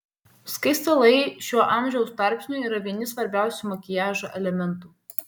skaistalai šiuo amžiaus tarpsniu yra vieni svarbiausių makiažo elementų